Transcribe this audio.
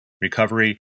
recovery